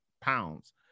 pounds